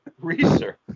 research